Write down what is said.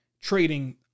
trading